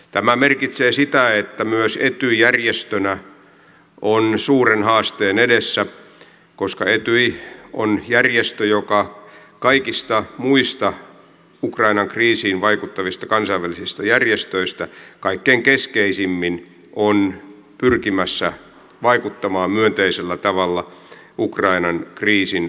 tämä merkitsee sitä että myös etyj järjestönä on suuren haasteen edessä koska etyj on järjestö joka kaikista muista ukrainan kriisiin vaikuttavista kansainvälisistä järjestöistä kaikkein keskeisimmin on pyrkimässä vaikuttamaan myönteisellä tavalla ukrainan kriisin ratkaisemiseen